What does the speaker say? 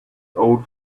old